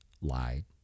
lied